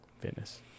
Fitness